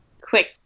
quick